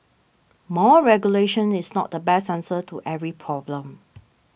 more regulation is not the best answer to every problem